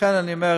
לכן אני אומר,